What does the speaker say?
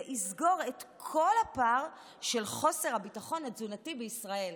זה יסגור את כל הפער של חוסר הביטחון התזונתי בישראל.